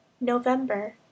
November